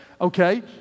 Okay